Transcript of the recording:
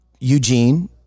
Eugene